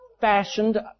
fashioned